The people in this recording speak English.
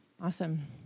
Awesome